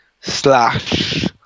slash